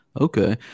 okay